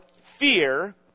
fear